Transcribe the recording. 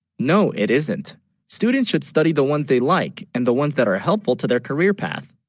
no, it isn't students should study the ones they like, and the ones that are helpful to their career path